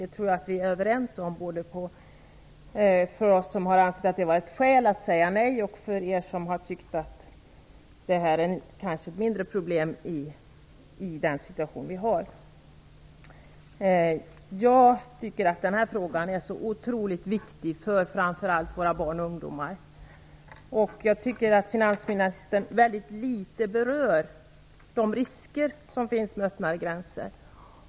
Det tror jag att vi är överens om, både vi som sett den som ett skäl att säga nej och ni som har tyckt att det kanske är ett mindre problem i den situation vi har. Jag tycker att den här frågan är otroligt viktig för framför allt våra barn och ungdomar. Finansministern berör mycket litet de risker som finns med öppnare gränser.